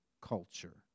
culture